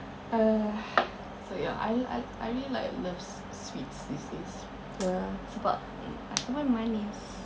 uh so ya I I really like love sweets these days sebab mm aku kan manis